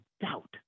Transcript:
doubt